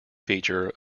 feature